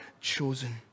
chosen